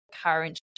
current